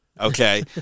Okay